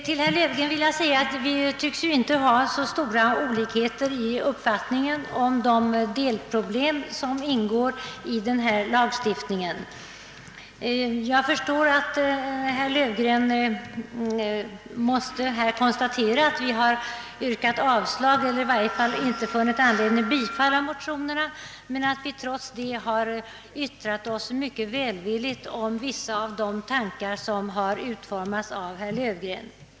Till herr Löfgren vill jag säga att det inte tycks råda så stora olikheter i uppfattning mellan oss om de delproblem som ryms inom patentlagstiftningen. Herr Löfgren konstaterade alldeles riktigt att vi inom utskottet inte funnit anledning att biträda de motioner herr Löfgren varit med om att väcka men att vi yttrat oss mycket välvilligt om vissa av de tankar som utformats av herr Löfgren.